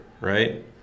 right